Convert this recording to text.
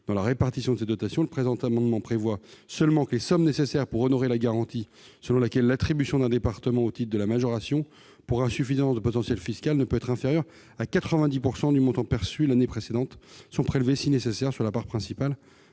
dans la répartition de cette dotation, le présent amendement prévoit seulement que les sommes nécessaires pour honorer la garantie selon laquelle l'attribution d'un département au titre de la majoration pour insuffisance de potentiel fiscal ne peut être inférieure à 90 % du montant perçu l'année précédente sont prélevées, si nécessaire, sur la part principale